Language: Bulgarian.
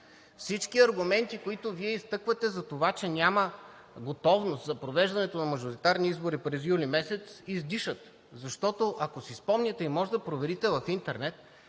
Всички аргументи, които Вие изтъквате за това, че няма готовност за провеждането на мажоритарни избори през юли месец, издишат. Защото, ако си спомняте, може да проверите в интернет,